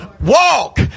walk